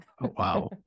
Wow